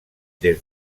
des